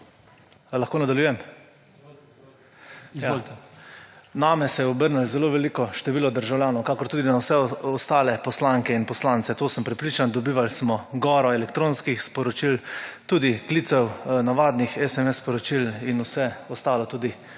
(PS NSi):** Ja. Name se je obrnilo veliko število državljanov, kakor tudi na vse ostale poslanke in poslance, to sem prepričan. Dobival smo goro elektronskih sporočil, tudi klicev, navadnih SMS sporočil in vse ostalo, tudi